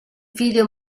video